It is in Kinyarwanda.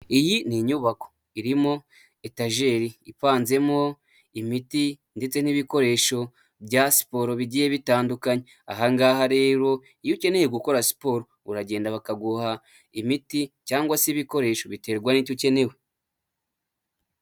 Iyi ni inyubako irimo etageri ipanzemo imiti ndetse n'ibikoresho bya siporo bigiye bitandukanye, aha ngaha rero iyo ukeneye gukora siporo uragenda bakaguha imiti cyangwa se ibikoresho biterwa n'icyo ukeneye.